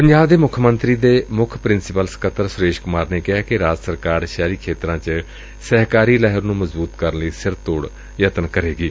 ਪੰਜਾਬ ਦੇ ਮੁੱਖ ਮੰਤਰੀ ਨੇ ਮੁੱਖ ਪ੍ਰਿੰਸੀਪਲ ਸਕੱਤਰ ਸੁਰੇਸ਼ ਕੁਮਾਰ ਨੇ ਕਿਹੈ ਕਿ ਰਾਜ ਸਰਕਾਰ ਸ਼ਹਿਰੀ ਖੇਤਰਾਂ ਚ ਸਹਿਕਾਰੀ ਲਹਿਰ ਨੂੰ ਮਜ਼ਬੂਤ ਕਰਨ ਲਈ ਸਿਰਤੋੜ ਯਤਨ ਕਰੇਗੀ